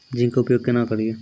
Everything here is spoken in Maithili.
जिंक के उपयोग केना करये?